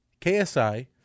KSI